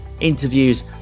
interviews